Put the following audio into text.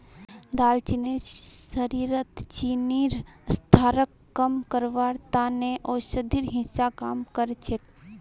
दालचीनी शरीरत चीनीर स्तरक कम करवार त न औषधिर हिस्सा काम कर छेक